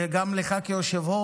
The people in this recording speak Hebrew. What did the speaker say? וגם לך כיושב-ראש,